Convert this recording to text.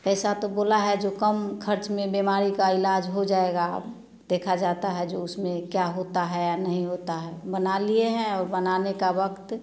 पैसा तो बोला है जो कम खर्च में बीमारी का इलाज हो जाएगा देखा जाता है जो उसमें क्या होता है या नहीं होता है बना लिए हैं और बनाने का वक्त